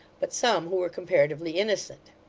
but some who were comparatively innocent.